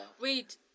Wait